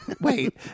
Wait